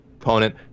opponent